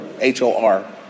H-O-R